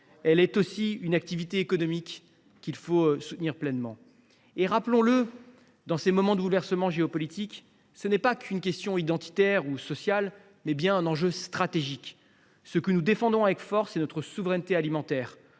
Elle est aussi une activité économique qu’il faut soutenir pleinement. Rappelons le, dans ces moments de bouleversements géopolitiques, défendre l’agriculture n’est pas qu’une question identitaire ou sociale, c’est bien un enjeu stratégique. Ce que nous défendons avec force, c’est notre souveraineté alimentaire,